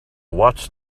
watched